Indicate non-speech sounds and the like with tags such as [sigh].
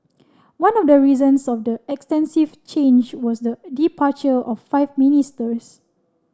[noise] one of the reasons of the extensive change was the departure of five ministers